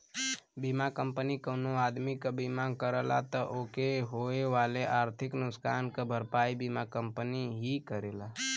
बीमा कंपनी कउनो आदमी क बीमा करला त ओके होए वाले आर्थिक नुकसान क भरपाई बीमा कंपनी ही करेला